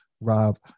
rob